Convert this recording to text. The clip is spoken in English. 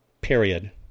Period